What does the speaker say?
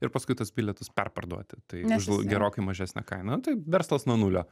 ir paskui tuos bilietus perparduoti tai už gerokai mažesnę kainą tai verslas nuo nulio